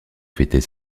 fêter